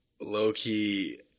low-key